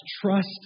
trust